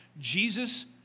Jesus